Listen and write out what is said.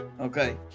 Okay